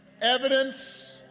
evidence